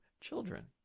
children